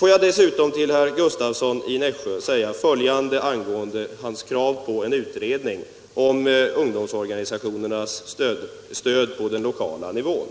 Herr Gustavsson ställde krav på en utredning om ungdomsorganisationernas stöd på den lokala nivån.